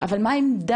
אבל מה העמדה,